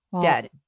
dead